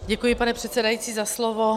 Děkuji, pane předsedající, za slovo.